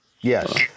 Yes